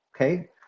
okay